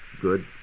good